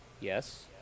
yes